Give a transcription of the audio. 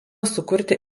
sukurti